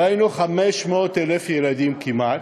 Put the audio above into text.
דהיינו 500,000 ילדים, כמעט,